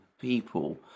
people